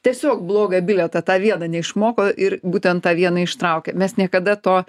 tiesiog blogą bilietą tą vietą neišmoko ir būtent tą vieną ištraukė mes niekada to